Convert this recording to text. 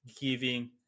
giving